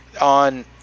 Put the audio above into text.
on